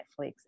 Netflix